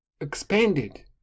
expanded